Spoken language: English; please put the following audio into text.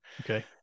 okay